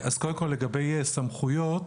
לגבי סמכויות